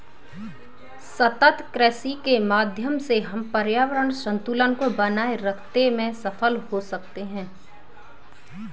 सतत कृषि के माध्यम से हम पर्यावरण संतुलन को बनाए रखते में सफल हो सकते हैं